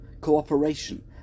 cooperation